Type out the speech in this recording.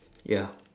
ya